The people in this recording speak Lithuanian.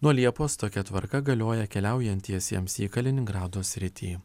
nuo liepos tokia tvarka galioja keliaujantiesiems į kaliningrado sritį